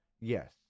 yes